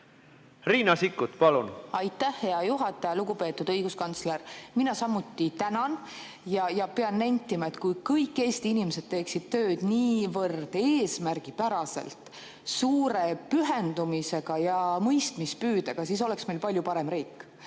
Riina Sikkut, palun! Aitäh, hea juhataja! Lugupeetud õiguskantsler! Mina samuti tänan ning pean nentima, et kui kõik Eesti inimesed teeksid tööd niivõrd eesmärgipäraselt, suure pühendumuse ja mõistmispüüdega, siis oleks meil palju parem riik.